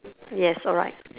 yes alright